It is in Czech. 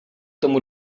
tomu